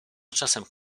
czasem